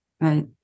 right